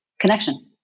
Connection